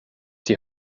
die